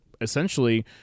Essentially